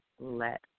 let